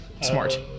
Smart